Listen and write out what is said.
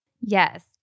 Yes